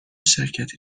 شرکتی